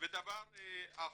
ודבר אחרון,